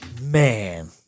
Man